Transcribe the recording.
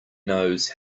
knows